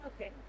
Okay